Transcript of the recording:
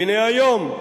והנה היום,